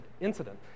incident